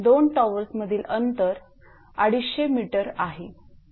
दोन टॉवर्समधील अंतर 250 𝑚 आहे